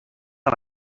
han